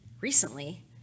recently